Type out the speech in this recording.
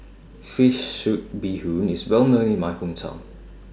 Fish Soup Bee Hoon IS Well known in My Hometown